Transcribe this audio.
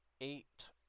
eight